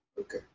Okay